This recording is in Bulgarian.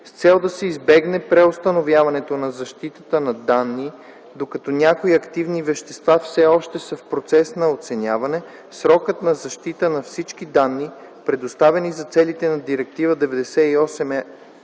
С цел да се избегне преустановяването на защитата на данни, докато някои активни вещества все още са в процес на оценяване, срокът на защита на всички данни, предоставени за целите на Директива